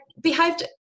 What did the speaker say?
behaved